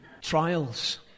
Trials